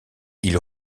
ils